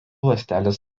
ląstelės